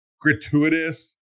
gratuitous